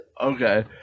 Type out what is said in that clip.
Okay